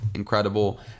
Incredible